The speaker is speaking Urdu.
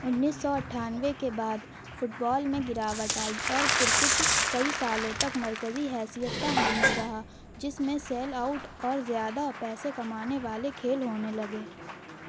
انیس سو اٹھانوے کے بعد فٹ بال میں گراوٹ آئی اور کرکٹ کئی سالوں تک مرکزی حیثیت کا حامل رہا جس میں سیل آؤٹ اور زیادہ پیسے کمانے والے کھیل ہونے لگے